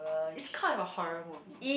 it's kind of a horror movie